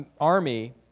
army